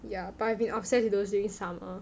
ya but I have been obsessed with those during summer